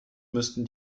müssten